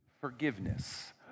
forgiveness